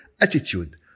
attitude